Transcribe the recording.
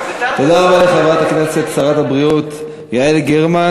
תודה לשרת הבריאות יעל גרמן.